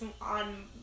on